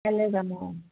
কাইলৈ যাম অঁ